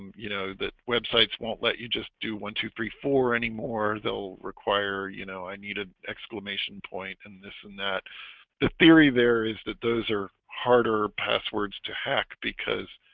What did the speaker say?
you know that websites won't let you just do one two three four anymore they'll require you know i need an exclamation point and this and that the theory there is that those are harder passwords to hack because